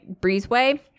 breezeway